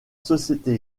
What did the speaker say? société